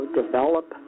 develop